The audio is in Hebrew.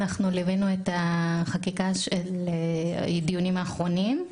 אנחנו ליווינו את החקיקה של הדיונים האחרונים.